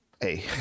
hey